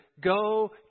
go